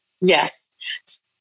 Yes